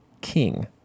king